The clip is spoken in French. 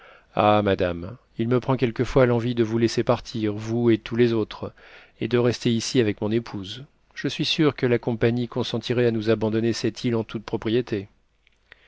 ah madame il me prend quelquefois l'envie de vous laisser partir vous et tous les autres et de rester ici avec mon épouse je suis sûr que la compagnie consentirait à nous abandonner cette île en toute propriété